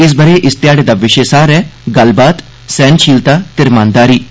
इस ब' रे इस ध्याड़े दा विषे सार ऐ 'गल्लबात सैह्नशीलता ते रमानदारी'